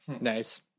Nice